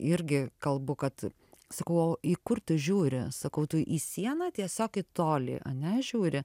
irgi kalbu kad sakau o į kur tu žiūri sakau tu į sieną tiesiog į tolį ane žiūri